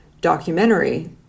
documentary